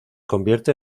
convierte